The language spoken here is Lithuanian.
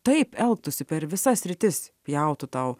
taip elgtųsi per visas sritis pjautų tau